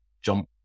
jump